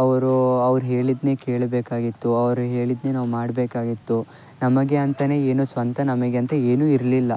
ಅವ್ರು ಅವ್ರು ಹೇಳಿದ್ದನ್ನೇ ಕೇಳಬೇಕಾಗಿತ್ತು ಅವರು ಹೇಳಿದ್ದನ್ನೇ ನಾವು ಮಾಡಬೇಕಾಗಿತ್ತು ನಮಗೆ ಅಂತಲೇ ಏನೂ ಸ್ವಂತ ನಮಗೆ ಅಂತ ಏನೂ ಇರಲಿಲ್ಲ